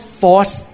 force